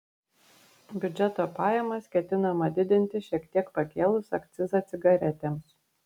biudžeto pajamas ketinama didinti šiek tiek pakėlus akcizą cigaretėms